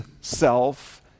self